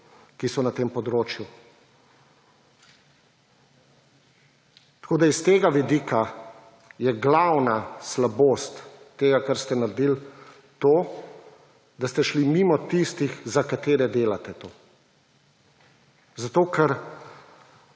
ki so na tem področju. Tako je s tega vidika glavna slabost tega, kar ste naredili, to, da ste šli mimo tistih, za katere delate to - zato, ker